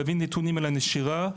להביא נתונים על הנשירה.